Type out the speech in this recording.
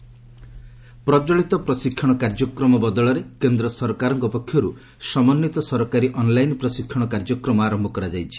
Jitendra Singh IGOT ପ୍ରଚଳିତ ପ୍ରଶିକ୍ଷଣ କାର୍ଯ୍ୟକ୍ରମ ବଦଳରେ କେନ୍ଦ୍ର ସରକାରଙ୍କ ପକ୍ଷରୁ ସମନ୍ଧିତ ସରକାରୀ ଅନ୍ଲାଇନ୍ ପ୍ରଶିକ୍ଷଣ କାର୍ଯ୍ୟକ୍ରମ ଆରମ୍ଭ କରାଯାଇଛି